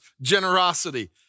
generosity